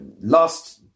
last